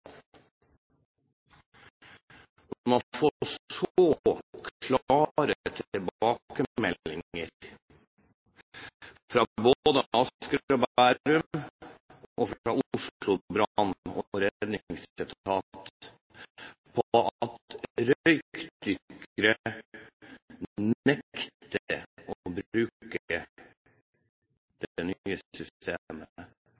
man får så klare tilbakemeldinger fra både Asker og Bærum brannvesen og Oslo brann- og redningsetat om at røykdykkere nekter å bruke